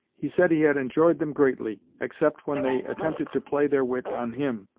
he said he had enjoyed them greatly except when they attempted to play their wit on him,